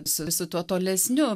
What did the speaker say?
su visu tuo tolesniu